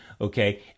okay